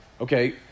okay